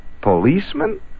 policeman